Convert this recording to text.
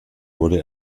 wurde